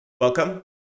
welcome